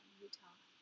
Utah